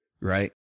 right